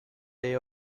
play